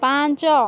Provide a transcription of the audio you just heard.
ପାଞ୍ଚ